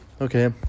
Okay